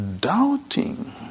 Doubting